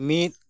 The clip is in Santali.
ᱢᱤᱫ